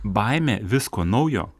baimė visko naujo